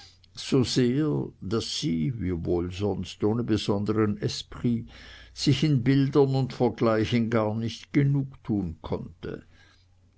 so sehr daß sie wiewohl sonst ohne besonderen esprit sich in bildern und vergleichen gar nicht genugtun konnte